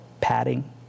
padding